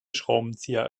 schraubenzieher